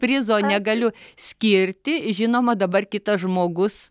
prizo negaliu skirti žinoma dabar kitas žmogus